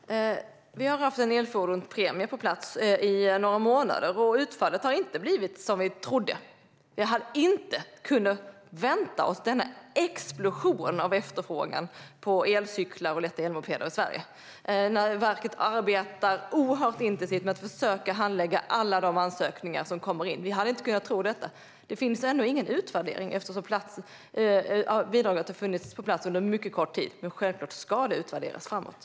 Herr talman! Vi har haft en elfordonspremie på plats i några månader. Och utfallet har inte blivit som vi trodde. Vi hade inte kunnat vänta oss denna explosion av efterfrågan på elcyklar och lätta elmopeder i Sverige. Verket arbetar nu intensivt med att försöka handlägga alla de ansökningar som kommer in. Vi hade inte kunnat tro detta. Det finns ännu ingen utvärdering, eftersom bidraget har funnits under mycket kort tid. Men självklart ska det utvärderas framöver.